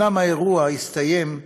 אומנם האירוע הסתיים,